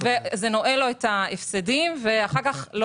שזה לא נועל לו את ההפסדים ואחר כך לא